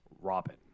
Robin